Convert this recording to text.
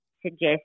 suggest